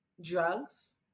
drugs